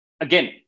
again